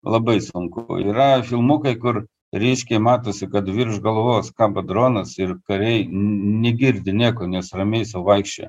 labai sunku yra filmukai kur ryškiai matosi kad virš galvos kaba dronas ir kariai negirdi nieko nes ramiai sau vaikščioja